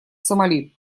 сомали